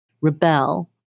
rebel